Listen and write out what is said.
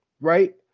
Right